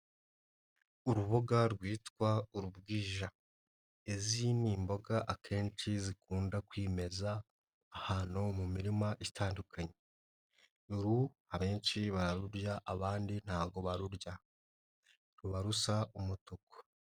Uruboga rwitwa urubwija, izi ni imboga akenshi zikunda kwimeza ahantu mu mirima itandukanye, uru abenshi bararubya abandi ntago barurya, ruba rusa umutuku.